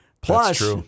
Plus